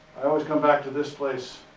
i always come back to this place.